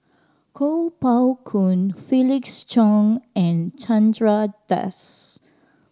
Kuo Pao Kun Felix Cheong and Chandra Das